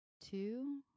two